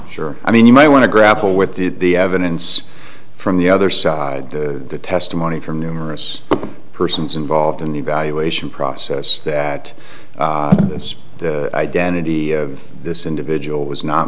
you sure i mean you might want to grapple with the evidence from the other side the testimony from numerous persons involved in the evaluation process that this identity of this individual was not